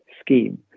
scheme